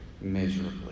miserably